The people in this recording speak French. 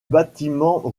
bâtiment